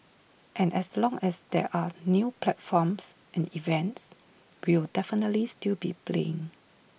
and as long as there are new platforms and events we'll definitely still be playing